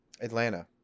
Atlanta